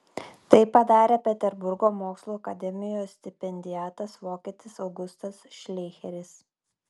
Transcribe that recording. tai padarė peterburgo mokslų akademijos stipendiatas vokietis augustas šleicheris